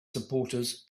supporters